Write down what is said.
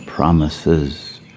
Promises